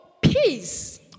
peace